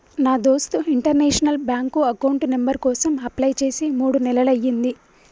నా దోస్త్ international bank account number కోసం అప్లై చేసి మూడు నెలలయ్యింది